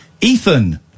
Ethan